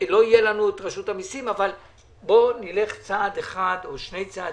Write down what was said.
לא יהיה לנו את רשות המסים אבל בואו נלך צעד אחד או שני צעדים,